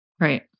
Right